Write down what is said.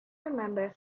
remember